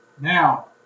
Now